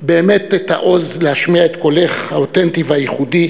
ובאמת העוז להשמיע את קולך האותנטי והייחודי,